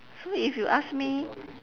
so if you ask me